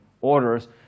orders